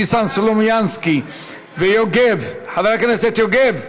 ניסן סלומינסקי וחבר הכנסת יוגב,